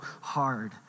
hard